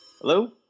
Hello